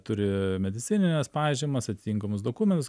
turi medicinines pažymas atitinkamus dokumentus